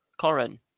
Corin